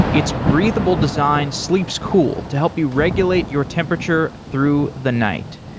it's breathable design sleeps cool to help you regulate your temperature through the night.